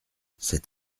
cet